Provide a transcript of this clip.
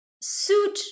suit